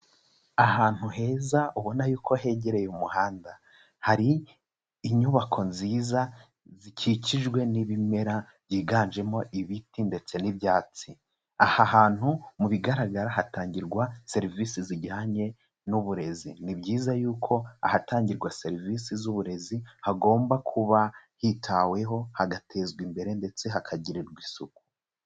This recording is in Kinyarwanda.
Ahantu heza ubona yuko hegereye umuhanda, hari inyubako nziza zikikijwe n'ibimera byiganjemo ibiti ndetse n'ibyatsi, aha hantu mu bigaragara hatangirwa serivisi zijyanye n'uburezi, ni byiza yuko ahatangirwa serivisi z'uburezi hagomba kuba hitaweho hagatezwa imbere ndetse hakagirirwa isuku.